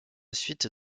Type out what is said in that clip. suite